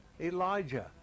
Elijah